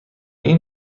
این